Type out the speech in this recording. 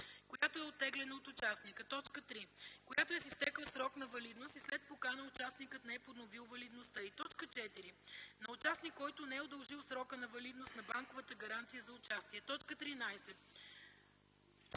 която е оттеглена от участника; 3. която е с изтекъл срок на валидност и след покана участникът не е подновил валидността й; 4. на участник, който не е удължил срока на валидност на банковата гаранция за участие.” 13.